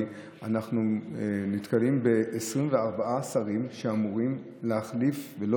אנחנו נתקלים ב-24 שרים שאמורים להחליף אותם,